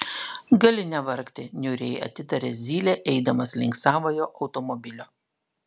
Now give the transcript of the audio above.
gali nevargti niūriai atitarė zylė eidamas link savojo automobilio